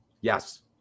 Yes